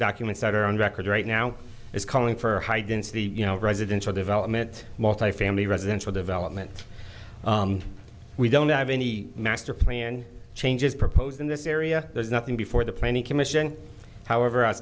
documents that are on record right now is calling for high density you know residential development multifamily residential development we don't have any master plan changes proposed in this area there's nothing before the planning commission however